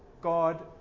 God